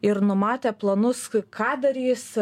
ir numatę planus ką darys